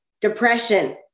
depression